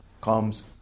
comes